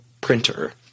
printer